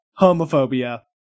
homophobia